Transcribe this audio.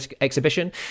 Exhibition